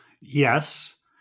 Yes